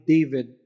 David